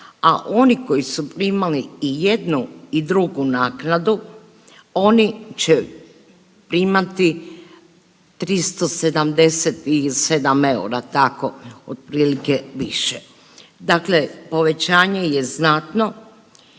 a oni koji su primali i jednu i drugu naknadu oni će primati 377 eura tako otprilike više, dakle povećanje je znatno.